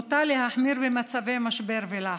נוטה להחמיר במצבי משבר ולחץ.